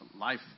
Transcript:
life